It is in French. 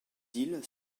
îles